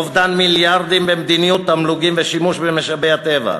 אובדן מיליארדים במדיניות תמלוגים ושימוש במשאבי הטבע,